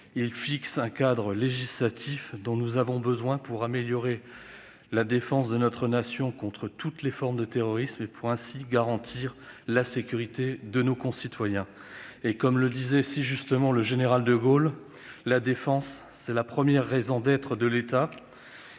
Il fixe le cadre législatif dont nous avons besoin pour améliorer la défense de notre nation contre toutes les formes de terrorisme et, ainsi, garantir la sécurité de nos concitoyens. Comme le disait si justement le général de Gaulle :« La défense ! C'est la première raison d'être de l'État.